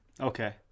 Okay